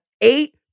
eight